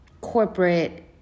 corporate